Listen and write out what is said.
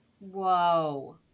Whoa